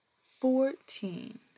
fourteen